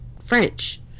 French